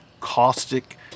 caustic